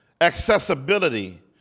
accessibility